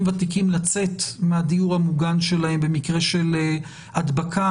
ותיקים לצאת מהדיור המוגן שלהם במקרה של הדבקה,